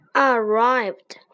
arrived